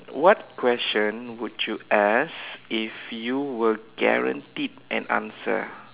what question would you ask if you were guaranteed an answer